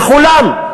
וכולן,